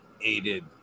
aided